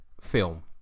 film